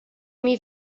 imi